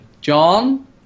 John